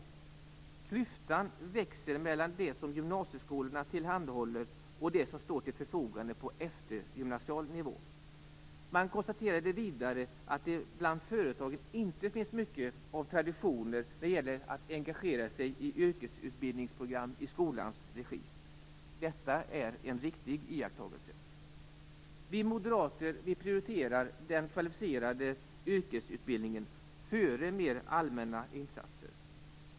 Klyftan växer mellan det som gymnasieskolorna tillhandahåller och det som står till förfogande på eftergymnasial nivå. Man konstaterade vidare att det bland företagen inte finns mycket av traditioner när det gäller att engagera sig i yrkesutbildningsprogram i skolans regi. Detta är en riktig iakttagelse. Vi moderater prioriterar den kvalificerade yrkesutbildningen före mer allmänna insatser.